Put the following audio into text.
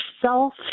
self